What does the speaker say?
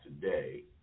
today